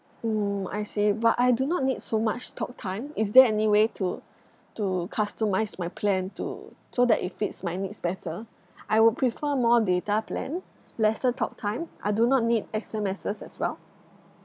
mm I see but I do not need so much talktime is there any way to to customise my plan to so that it fits my needs better I would prefer more data plan lesser talktime I do not need S_M_Ss as well